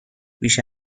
بیش